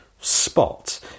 spot